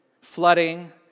Flooding